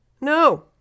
No